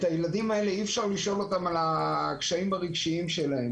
את הילדים האלה אי אפשר לשאול על הקשיים הרגשיים שלהם.